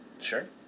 Sure